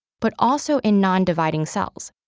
but also in non-dividing cells.